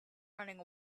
running